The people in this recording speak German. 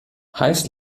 heiß